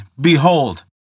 behold